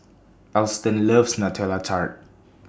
Alston loves Nutella Tart